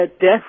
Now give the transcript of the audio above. death